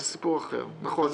זה סיפור אחר.